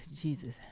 jesus